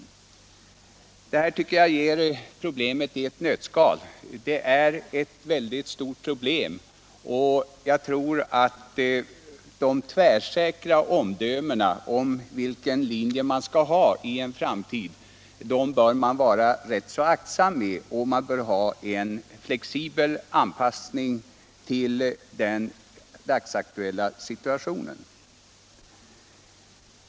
tor kärnbränsle, Detta tycker jag ger problemet i ett nötskal. Det gäller ett mycket — m.m. stort problem. Jag tror att man bör vara rätt aktsam med de tvärsäkra omdömena om vilken linje man skall ha i en framtid. Vi bör ha en flexibel anpassning till den dagsaktuella situationen.